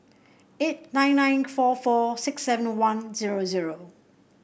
eight nine nine four four six seven one zero zero